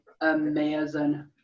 amazing